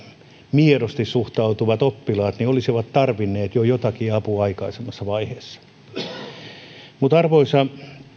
miedosti suhtautuvat oppilaat olisivat tarvinneet jo jotakin apua aikaisemmassa vaiheessa mutta arvoisa